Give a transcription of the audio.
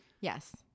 Yes